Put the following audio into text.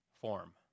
form